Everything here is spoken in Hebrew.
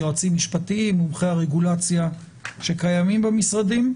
יועצים משפטיים ומומחי הרגולציה שקיימים במשרדים.